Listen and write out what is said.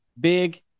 big